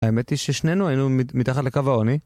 האמת היא ששנינו היינו מתחת לקו העוני.